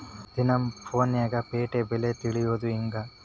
ದಿನಾ ಫೋನ್ಯಾಗ್ ಪೇಟೆ ಬೆಲೆ ತಿಳಿಯೋದ್ ಹೆಂಗ್?